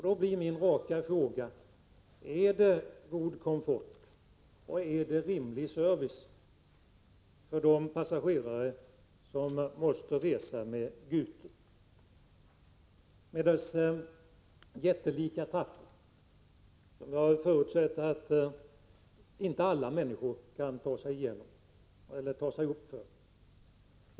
Då blir min raka fråga: Är det god komfort och är det rimlig service som erbjuds de passagerare som måste resa med Gute, med dess jättelika trappor, som jag förutsätter att inte alla människor kan ta sig uppför?